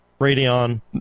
Radeon